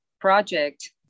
project